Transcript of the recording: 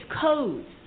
codes